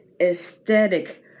aesthetic